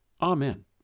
AMEN